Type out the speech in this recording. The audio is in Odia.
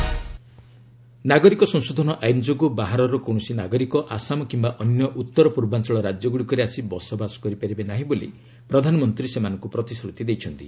ପିଏମ୍ କୋକରାଝର ଭିଜିଟ୍ ନାଗରିକ ସଂଶୋଧନ ଆଇନ୍ ଯୋଗୁଁ ବାହାରର କୌଣସି ନାଗରିକ ଆସାମ କିମ୍ବା ଅନ୍ୟ ଉତ୍ତର ପୂର୍ବାଞ୍ଚଳ ରାଜ୍ୟଗୁଡ଼ିକରେ ଆସି ବାସ କରିପାରିବେ ନାହିଁ ବୋଲି ପ୍ରଧାନମନ୍ତ୍ରୀ ସେମାନଙ୍କୁ ପ୍ରତିଶ୍ରୁତି ଦେଇଛନ୍ତି